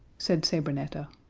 said sabrinetta.